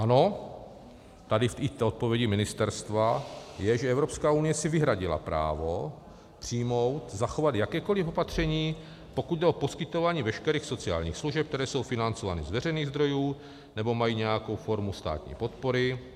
Ano, tady i v odpovědi ministerstva je, že Evropská unie si vyhradila právo přijmout, zachovat jakékoli opatření, pokud jde o poskytování veškerých sociálních služeb, které jsou financovány z veřejných zdrojů nebo mají nějakou formu státní podpory.